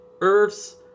Earth's